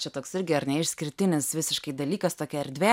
čia toks irgi ar ne išskirtinis visiškai dalykas tokia erdvė